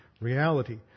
reality